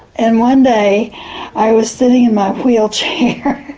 and one day i was sitting in my wheelchair